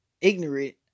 Ignorant